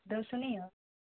دو سو نہیں ہوگا